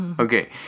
Okay